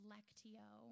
Lectio